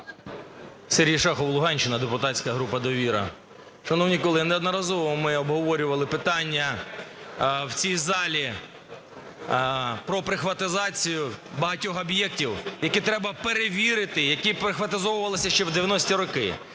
Сергій Шахов, Луганщина, депутатська група "Довіра". Шановні колеги, неодноразово ми обговорювали питання в цій залі про "прихватизацію" багатьох об'єктів, які треба перевірити, які "прихватизовувалися" ще в 90-ті роки: